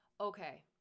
okay